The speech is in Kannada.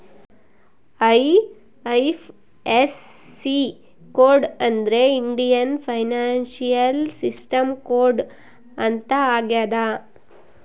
ಐ.ಐಫ್.ಎಸ್.ಸಿ ಕೋಡ್ ಅಂದ್ರೆ ಇಂಡಿಯನ್ ಫೈನಾನ್ಶಿಯಲ್ ಸಿಸ್ಟಮ್ ಕೋಡ್ ಅಂತ ಆಗ್ಯದ